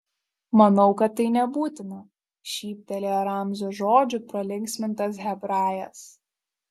manau kad tai nebūtina šyptelėjo ramzio žodžių pralinksmintas hebrajas